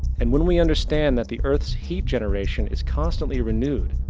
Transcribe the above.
and when we understand that the earth's heat generation is constantly renewed,